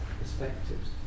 perspectives